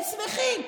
הם שמחים.